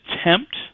attempt